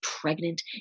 pregnant